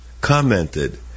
commented